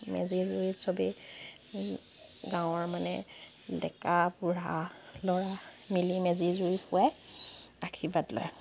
মেজি জুইত চবেই গাঁৱৰ মানে ডেকা বুঢ়া ল'ৰা মিলি মেজি জুই পোৱাই আশীৰ্বাদ লয়